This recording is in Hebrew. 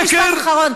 משפט אחרון.